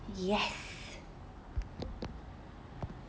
yes